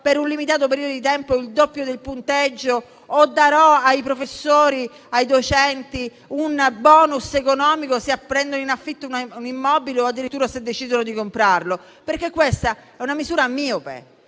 per un limitato periodo di tempo il doppio del punteggio, o darò ai professori e ai docenti un *bonus* economico se prendono in affitto un immobile, o addirittura se decidono di comprarlo, perché questa è una misura miope.